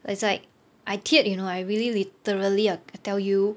it's like I teared you know I really literally uh I tell you